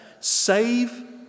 Save